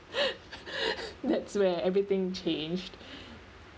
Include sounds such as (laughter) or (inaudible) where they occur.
(breath) that's where everything changed (breath)